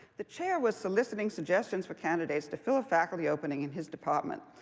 the chair was soliciting suggestions for candidates to fill a faculty opening in his department.